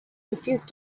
refused